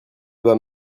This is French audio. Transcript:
bas